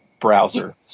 browser